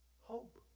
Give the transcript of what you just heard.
hope